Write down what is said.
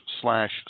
slash